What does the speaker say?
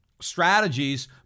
strategies